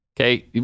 Okay